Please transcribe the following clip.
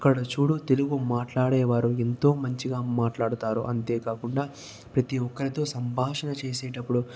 ఎక్కడ చూడు తెలుగు మాట్లాడేవారు ఎంతో మంచిగా మాట్లాడుతారు అంతేకాకుండా ప్రతీ ఒక్కరితో సంభాషణ చేసేటప్పుడు